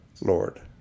Lord